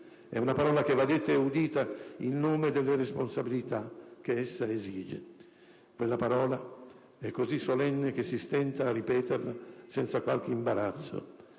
È una parola che va detta e udita in nome delle responsabilità che essa esige. Quella parola è così solenne che si stenta a ripeterla senza qualche imbarazzo,